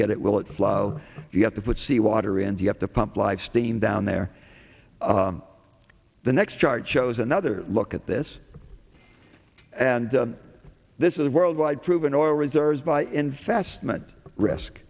get it will it flow you have to put seawater and you have to pump live steam down there the next chart shows another look at this and this is worldwide proven oil reserves buy